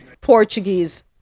Portuguese